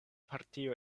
partio